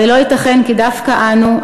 הרי לא ייתכן כי דווקא אנו,